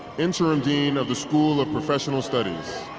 interim dean of the school of professional studies